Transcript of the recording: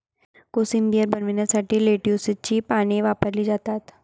कोशिंबीर बनवण्यासाठी लेट्युसची पाने वापरली जातात